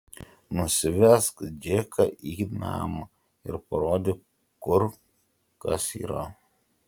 nusivesk džeką į namą ir parodyk kur kas yra